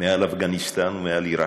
מעל אפגניסטן ומעל עיראק,